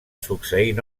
succeint